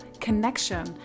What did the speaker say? connection